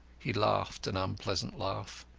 he laughed an unpleasant laugh.